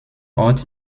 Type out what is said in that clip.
ort